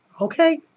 okay